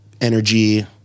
energy